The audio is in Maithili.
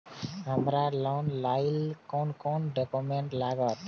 हमरा लोन लाइले कोन कोन डॉक्यूमेंट लागत?